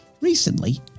Recently